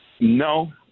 No